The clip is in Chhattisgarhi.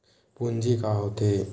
पूंजी का होथे?